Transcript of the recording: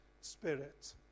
Spirit